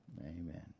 Amen